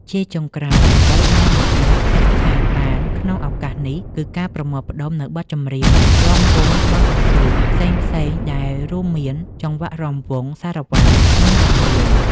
ជាចុងក្រោយ អ្វីដែលមិនអាចអាក់ខានបានក្នុងឱកាសនេះ គឺការប្រមូលផ្តុំនូវបទចម្រៀង រាំវង់បុណ្យអ៊ុំទូក ផ្សេងៗដែលរួមមានចង្វាក់រាំវង់ សារ៉ាវ៉ាន់ និងឡាំលាវ។